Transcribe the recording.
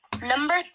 Number